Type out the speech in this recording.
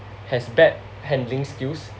has bad handling skills